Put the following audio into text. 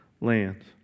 land